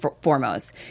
foremost